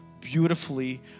beautifully